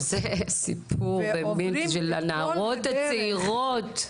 שזה סיפור באמת של הנערות הצעירות.